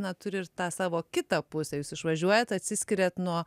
na turi ir tą savo kitą pusę jūs išvažiuojat atsiskiriat nuo